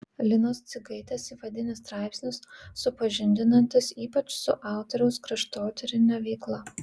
linos dzigaitės įvadinis straipsnis supažindinantis ypač su autoriaus kraštotyrine veikla